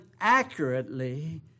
accurately